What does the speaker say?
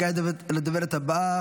נעבור לדוברת הבאה,